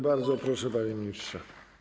Bardzo proszę, panie ministrze.